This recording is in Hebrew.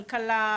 כלכלה,